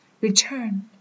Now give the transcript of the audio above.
return